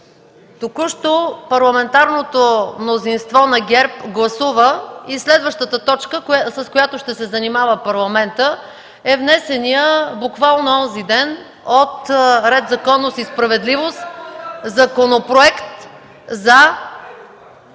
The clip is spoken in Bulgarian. току-що парламентарното мнозинство на ГЕРБ гласува и следващата точка, с която ще се занимава Парламентът, е внесеният буквално онзи ден от „Ред, законност и справедливост”...